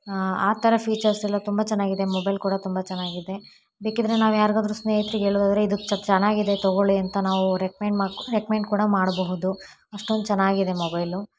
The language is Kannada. ಆ ಆ ಥರ ಫೀಚರ್ಸ್ ಎಲ್ಲ ತುಂಬ ಚೆನ್ನಾಗಿದೆ ಮೊಬೈಲ್ ಕೂಡ ತುಂಬ ಚೆನ್ನಾಗಿದೆ ಬೇಕಿದ್ದರೆ ನಾವು ಯಾರಿಗಾದರು ಸ್ನೇಹಿತ್ರಿಗೆ ಹೇಳುದಾದ್ರೆ ಇದು ಚ ಚೆನ್ನಾಗಿದೆ ತಗೊಳ್ಳಿ ಅಂತ ನಾವು ಅವ್ರಿಗೆ ರೆಕ್ಮೆಂಡ್ ಮಾಡಿ ರೆಕ್ಮೆಂಡ್ ಕೂಡ ಮಾಡಬಹುದು ಅಷ್ಟೊಂದು ಚೆನ್ನಾಗಿದೆ ಮೊಬೈಲು